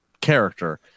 character